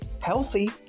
healthy